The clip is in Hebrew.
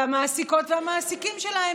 והמעסיקות והמעסיקים שלהם,